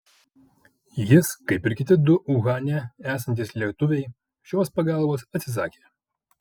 jis kaip ir kiti du uhane esantys lietuviai šios pagalbos atsisakė